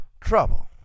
trouble